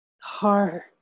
heart